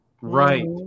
Right